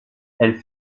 elles